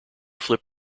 flip